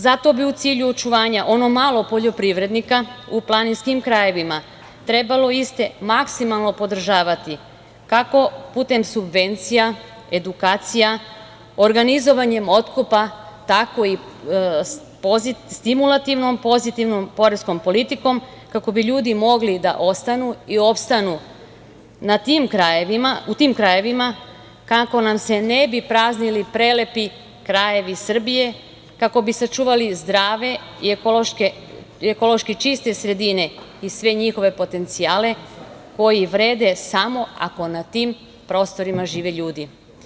Zato bi u cilju očuvanja ono malo poljoprivrednika u planinskim krajevima trebalo iste maksimalno podržavati kako putem subvencija, edukacija, organizovanjem otkupa, tako i stimulativnom pozitivnom poreskom politikom, kako bi ljudi mogli da ostanu i opstanu u tim krajevima, kako nam se ne bi praznili prelepi krajevi Srbije, kako bi sačuvali zdrave i ekološki čiste sredine i sve njihove potencijale koji vrede samo ako na tim prostorima žive ljudi.